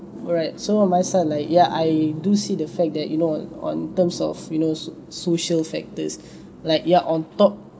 alright so uh my son like ya I do see the fact that you know on terms of you know social factors like ya on top